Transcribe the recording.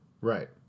right